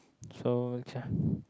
so ch~